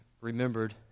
remembered